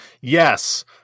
Yes